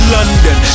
London